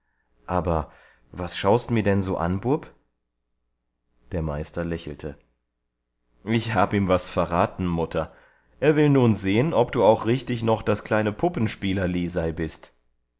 aber was schaust mi denn so an bub der meister lächelte ich hab ihm was verraten mutter er will nun sehen ob du auch richtig noch das kleine puppenspieler lisei bist